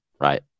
right